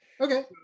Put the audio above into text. Okay